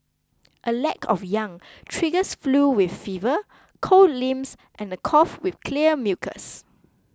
a lack of yang triggers flu with fever cold limbs and a cough with clear mucus